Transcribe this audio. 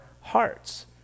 hearts